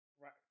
Right